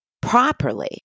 properly